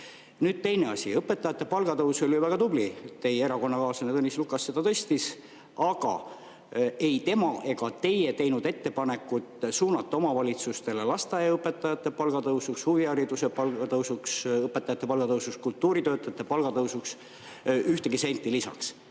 Nüüd teine asi. Õpetajate palga tõus oli väga tubli [saavutus]. Teie erakonnakaaslane Tõnis Lukas seda tõstis, aga ei tema ega teie teinud ettepanekut suunata omavalitsustele lasteaiaõpetajate palga tõusuks, huvihariduse palgatõusuks, õpetajate palga tõusuks, kultuuritöötajate palga tõusuks ühtegi senti lisaks.